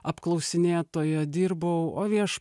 apklausinėtoja dirbau o vieš